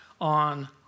on